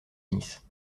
nice